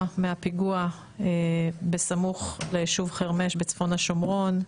מהפיגוע בסמוך ליישוב חרמש בצפון השומרון.